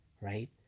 right